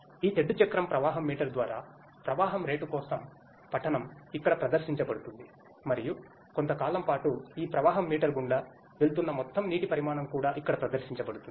ఈ తెడ్డు చక్రం ప్రవాహం మీటర్ ద్వారా ప్రవాహం రేటు కోసం పఠనం ఇక్కడ ప్రదర్శించబడుతుంది మరియు కొంతకాలం పాటు ఈ ప్రవాహం మీటర్ గుండా వెళుతున్న మొత్తం నీటి పరిమాణం కూడా ఇక్కడ ప్రదర్శించబడుతుంది